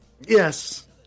Yes